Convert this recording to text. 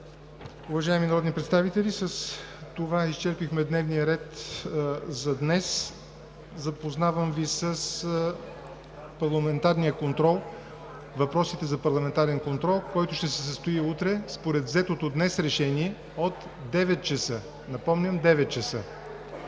Уважаеми народни представители, с това изчерпахме дневния ред за днес. Запознавам Ви с въпросите за парламентарния контрол, който ще се състои утре, според взетото днес решение, от 9,00 ч. Напомням – 9,00